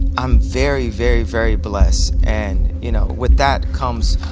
i'm very very very blessed and you know what that comes.